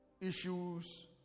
issues